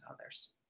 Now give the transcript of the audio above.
others